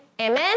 amen